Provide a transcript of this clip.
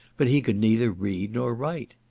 but he could neither read nor write.